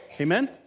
Amen